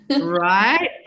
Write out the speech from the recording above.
Right